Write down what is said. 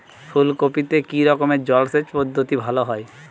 ফুলকপিতে কি রকমের জলসেচ পদ্ধতি ভালো হয়?